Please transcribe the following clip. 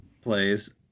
plays